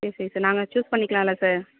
சரி சரி சார் நாங்கள் சூஸ் பண்ணிக்கிளால சார்